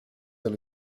dans